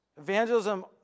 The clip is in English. Evangelism